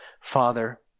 Father